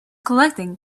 collecting